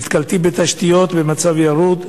נתקלתי בתשתיות במצב ירוד,